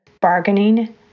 bargaining